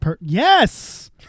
Yes